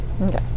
Okay